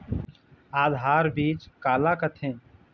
आधार बीज का ला कथें?